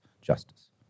justice